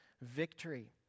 victory